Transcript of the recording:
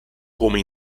come